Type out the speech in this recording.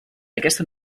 aquesta